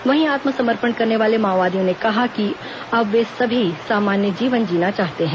वहीं आत्मसमर्पण करने वाले माओवादियों ने कहा कि अब वे सभी सामान्य जीवन जीना चाहते हैं